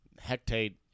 hectate